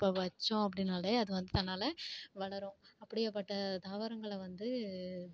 இப்போ வச்சோம் அப்படினாலே அது வந்து தன்னால் வளரும் அப்படியாப்பட்ட தாவரங்களை வந்து